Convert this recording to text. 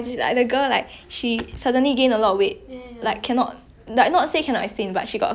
ya I I forgot the name already but I know I know got such thing and then I saw in the drama it's quite it's quite sad but